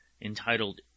entitled